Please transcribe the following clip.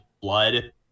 blood